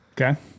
Okay